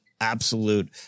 absolute